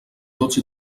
tots